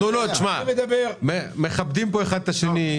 תנו לו, מכבדים פה אחד את השני.